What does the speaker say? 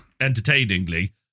entertainingly